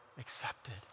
accepted